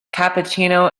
cappuccino